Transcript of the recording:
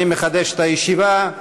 אני מחדש את הישיבה.